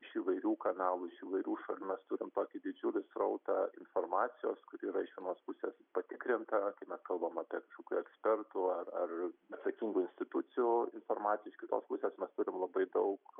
iš įvairių kanalų iš įvairių šalių mes turim tokį didžiulį srautą informacijos kuri yra iš vienos pusės patikrinta kai mes kalbam apie kažkokių ekspertų ar ar atsakingų institucijų informaciją iš kitos pusės mes turim labai daug